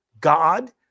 god